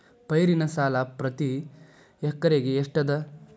ಪೈರಿನ ಸಾಲಾ ಪ್ರತಿ ಎಕರೆಗೆ ಎಷ್ಟ ಅದ?